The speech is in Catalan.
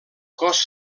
cos